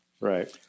right